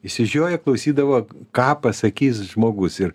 išsižioję klausydavo ką pasakys žmogus ir